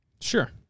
Sure